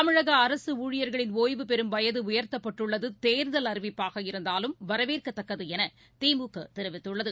தமிழகஅரகஊழிபா்களின் ஒய்வுபெறும் வயதஉயா்த்தப்பட்டுள்ளதுதோ்தல் அறிவிப்பாக இருந்தாலும் வரவேற்கதக்கதுஎனதிமுகதெரிவித்துள்ளது